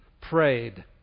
prayed